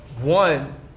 One